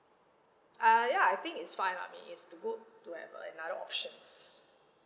uh ya I think it's fine lah I mean it's good to have another options